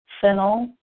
fennel